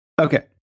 Okay